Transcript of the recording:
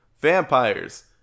vampires